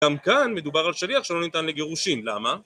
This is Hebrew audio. גם כאן מדובר על שליח שלא ניתן לגירושין, למה?